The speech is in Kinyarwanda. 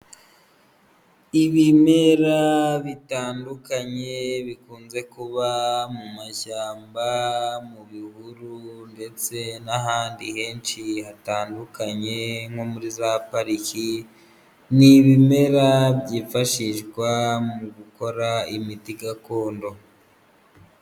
Ibimera bitandukanye bikunze kuba mu mashyamba, mu bihuru ndetse n'ahandi henshi hatandukanye nko muri za pariki, ni ibimera byifashishwa mu gukora imiti gakondo.